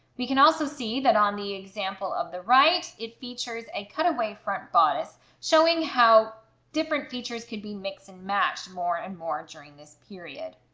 we can also see that on the example of the right it features a cutaway front bodice showing how different features could be mixed and matched more and more. during this period